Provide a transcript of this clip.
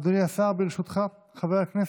אדוני השר, ברשותך, חברי הכנסת,